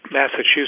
Massachusetts